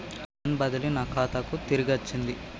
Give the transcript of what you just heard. నా ఫండ్ బదిలీ నా ఖాతాకు తిరిగచ్చింది